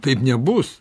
taip nebus